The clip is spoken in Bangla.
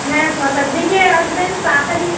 হ্যাঁ ছটার দিকে আসবেন তাড়াতাড়ি